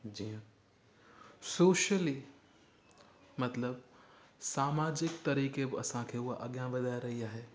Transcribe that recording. जीअं सोशली मतलबु सामाजिक तरीक़े बि असांखे उहा अॻियां वधाए रही आहे